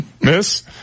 Miss